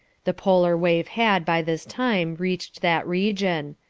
the polar wave had, by this time, reached that region.